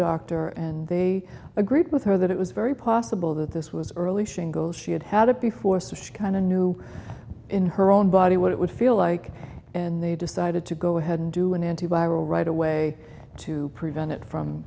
doctor and they agreed with her that it was very possible that this was early shingles she had had it before so she kind of knew in her own body what it would feel like and they decided to go ahead and do an antiviral right away to prevent it from